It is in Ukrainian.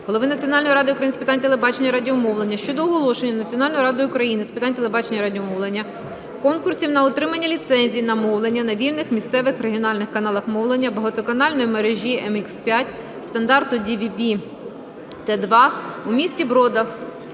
голови Національної ради України з питань телебачення і радіомовлення щодо оголошення Національною радою України з питань телебачення і радіомовлення конкурсів на отримання ліцензій на мовлення на вільних місцевих (регіональних) каналах мовлення багатоканальної мережі МХ-5 стандарту DVB-T2 у місті Бродах